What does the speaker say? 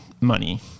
Money